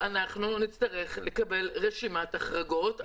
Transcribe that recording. שאנחנו נצטרך לקבל רשימת החרגות,